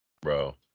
bro